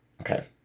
Okay